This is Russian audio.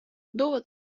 довод